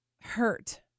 Hurt